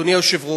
אדוני היושב-ראש,